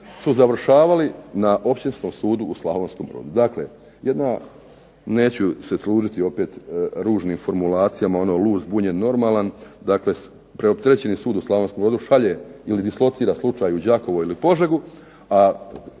su završavali na Općinskom sudu u Slavonskom Brodu. Dakle, jedna neću se služiti opet ružnim formulacijama ono lud, zbunjen, normalan. Dakle, preopterećeni sud u Slavonskom Brodu šalje ili dislocira slučaj u Đakovo ili Požegu, a